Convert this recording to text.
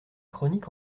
chroniques